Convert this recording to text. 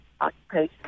occupation